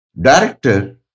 director